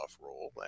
role